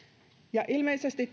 muutos ilmeisesti